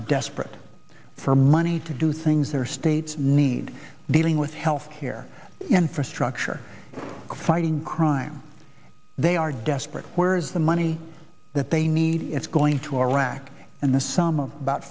desperate for money to do things their states need dealing with health care infrastructure fighting crime they are desperate where is the money that they need it's going to interact in the summer about